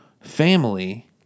family